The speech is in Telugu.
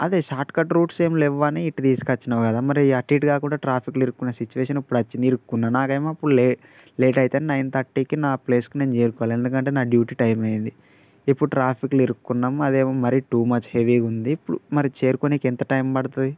అదే షార్ట్కట్ రూట్స్ ఏమి లేవు అని ఇటు తీసుకు వచ్చినావు కదా మరి అటు ఇటు కాకుండా ట్రాఫిక్లో ఇరుక్కున్న సిట్యువేషన్ ఇప్పుడు వచ్చింది ఇరుక్కున్నాను నాకేమో ఇప్పుడు లే లేట్ అవుతుంది నైన్ థర్టీకి నా ప్లేస్కి నేను చేరుకోవాలి ఎందుకంటే నా డ్యూటీ టైం అయింది ఇప్పుడు ట్రాఫిక్లో ఇరుక్కున్నాం అదేమో మరీ టూ మచ్ హెవీగా ఉంది ఇప్పుడు మరి చేరుకోవడానికి ఎంత టైం పడుతుంది